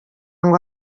ngo